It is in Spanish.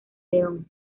león